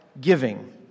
giving